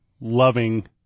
loving